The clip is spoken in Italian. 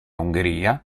ungheria